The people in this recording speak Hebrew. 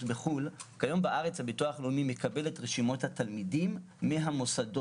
בחו"ל הביטוח הלאומי מקבל את רשימות התלמידים מהמוסדות.